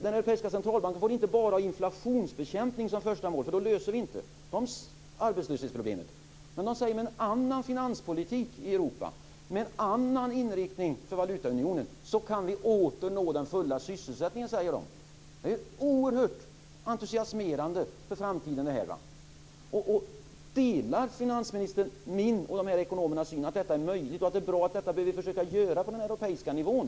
Den europeiska centralbanken får inte ha inflationsbekämpning som första mål. Då löser vi inte arbetslöshetsproblemet. De säger att med en annan finanspolitik i Europa, med en annan inriktning för valutaunionen, kan vi åter nå den fulla sysselsättningen. Det är oerhört entusiasmerande för framtiden. Delar finansministern min och dessa ekonomers syn, att detta är möjligt, att det är bra och att detta bör vi försöka göra på den europeiska nivån?